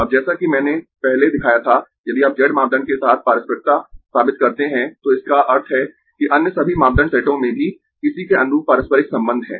अब जैसा कि मैंने पहले दिखाया था यदि आप z मापदंड के साथ पारस्परिकता साबित करते है तो इसका अर्थ है कि अन्य सभी मापदंड सेटों में भी इसी के अनुरूप पारस्परिक संबंध है